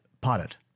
pilot